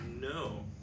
No